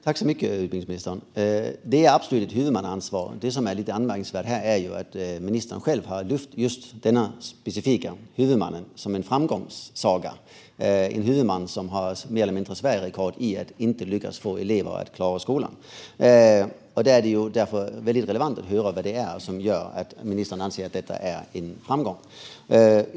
Fru talman! Det är absolut ett huvudmannaansvar. Det som är lite anmärkningsvärt här är att ministern själv har lyft just denna specifika huvudman som en framgångssaga. Denna huvudman har mer eller mindre Sverigerekord i att inte lyckas få elever att klara skolan. Det är därför väldigt relevant att få höra vad det är som gör att ministern anser att detta är en framgång.